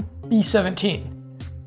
b17